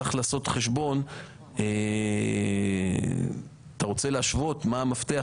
אתה רוצה להשוות מה המפתח,